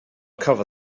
cover